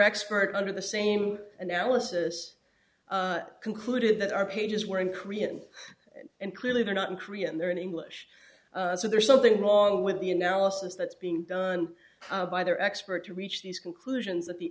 expert under the same analysis concluded that our pages were in korean and clearly were not in korea and they're in english so there's something wrong with the analysis that's being done by their expert to reach these conclusions that the